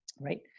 Right